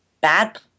bad